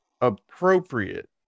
appropriate